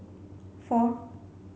four